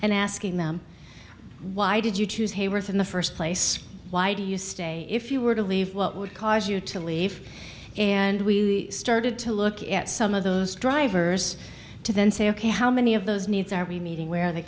and asking them why did you choose hayworth in the first place why do you stay if you were to leave what would cause you to leave and we started to look at some of those drivers to then say ok how many of those needs are we meeting where the